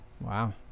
Wow